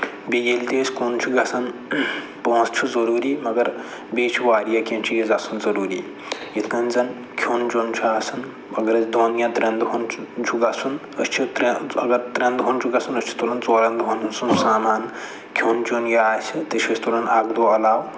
بیٚیہِ ییٚلہِ تہِ أسۍ کُن چھُ گژھان پونٛسہٕ چھُ ضٔروٗری مَگر بیٚیہِ چھُ واریاہ کیٚنٛہہ چیٖز آسان ضٔروٗری یِتھۍ کٔنۍ زَن کھیوٚن چٮ۪وٚن چھُ آسان اَگر اَسہِ دۄن یا ترٛٮ۪ن دۄہَن چھُ چھُ گژھُن أسۍ چھِ ترٛےٚ اَگر ترٛٮ۪ن دۄہَن چھُ گژھُن أسۍ چھِ تُلان ژورَن دۄہَن ہُند سُہ سامانہٕ کھیوٚن چٮ۪وٚن یہِ آسہِ تہِ چھُ أسۍ تُلان اکھ دۄہ علاوٕ